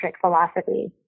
philosophy